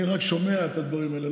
אני רק שומע את הדברים האלה.